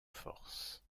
force